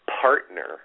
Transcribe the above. partner